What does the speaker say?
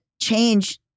change